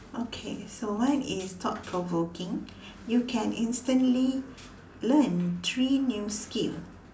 okay so mine is thought provoking you can instantly learn three new skill